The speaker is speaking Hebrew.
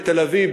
בתל-אביב,